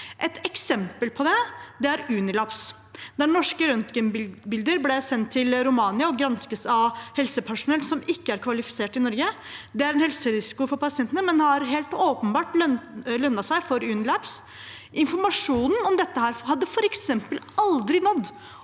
Et eksempel på det er Unilabs, der norske røntgenbilder ble sendt til Romania og gransket av helsepersonell som ikke er kvalifisert i Norge. Det er en helserisiko for pasientene, men har helt åpenbart lønnet seg for Unilabs. Informasjonen om dette hadde f.eks. aldri nådd